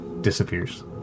disappears